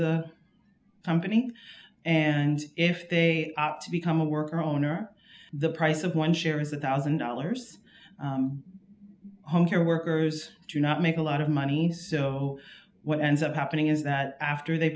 the company and if they opt to become a worker owner the price of one share is a one thousand dollars home care workers do not make a lot of money so what ends up happening is that after they